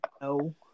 No